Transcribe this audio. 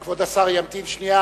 כבוד השר ימתין שנייה.